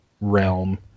realm